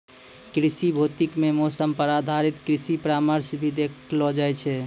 कृषि भौतिकी मॅ मौसम पर आधारित कृषि परामर्श भी देलो जाय छै